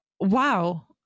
Wow